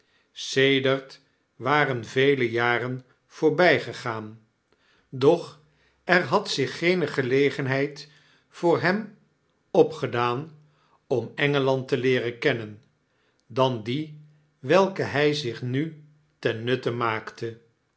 sedert waren vele jaren voorbygegaan doch er had zich geene gelegenheid voor hem opgedaan om en gel and te leeren kennen dan die welke hy zich nu ten nutte maakte